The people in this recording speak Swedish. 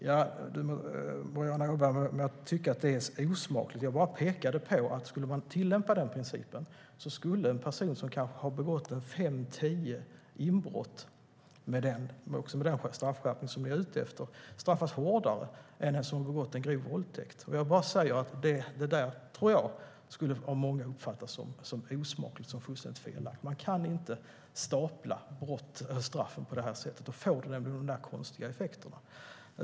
Boriana Åberg må tycka att det är osmakligt - jag bara pekade på att om man skulle tillämpa denna princip skulle en person som har begått kanske fem till tio inbrott också med den straffskärpning som ni är ute efter straffas hårdare än den som har begått en grov våldtäkt. Jag bara säger att jag tror att detta av många skulle uppfattas som osmakligt och som fullständigt felaktigt. Man kan inte stapla straffen på det här sättet; då får man nämligen de här konstiga effekterna.